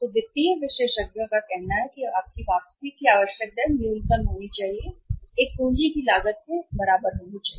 वित्तीय विशेषज्ञों का कहना है कि आपकी वापसी की आवश्यक दर न्यूनतम होनी चाहिए एक पूंजी की लागत के बराबर होना चाहिए